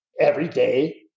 everyday